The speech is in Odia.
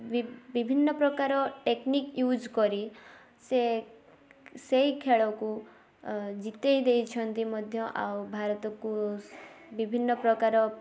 ବି ବିଭିନ୍ନ ପ୍ରକାର ଟେକନିକ ୟୁଜ କରି ସେ ସେଇ ଖେଳକୁ ଜିତେଇ ଦେଇଛନ୍ତି ମଧ୍ୟ ଆଉ ଭାରତକୁ ବିଭିନ୍ନ ପ୍ରକାର